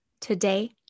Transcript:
today